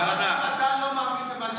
גם אתה לא מאמין למה שאמרת.